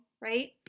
right